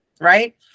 Right